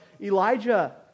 Elijah